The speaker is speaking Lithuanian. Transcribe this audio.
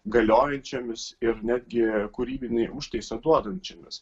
galiojančiomis ir netgi kūrybinį užtaisą duodančiomis